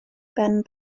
ben